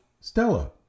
Stella